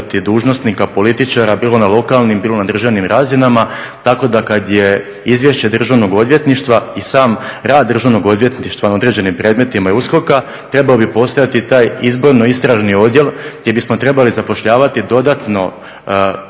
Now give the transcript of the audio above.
dužnosnika, političara, bilo na lokalnim, bilo na državnim razinama. Tako da kad je izvješće Državnog odvjetništva i sam rad Državnog odvjetništva na određenim predmetima i USKOK-a, trebao bi postojati taj izborno-istražni odjel gdje bismo trebali zapošljavati dodatno